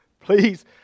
Please